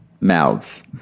mouths